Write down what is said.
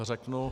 Řeknu.